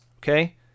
okay